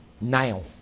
now